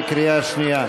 בקריאה שנייה.